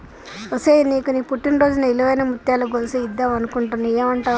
ఒసేయ్ నీకు నీ పుట్టిన రోజున ఇలువైన ముత్యాల గొలుసు ఇద్దం అనుకుంటున్న ఏమంటావ్